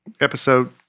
episode